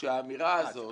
שהאמירה הזו,